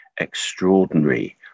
extraordinary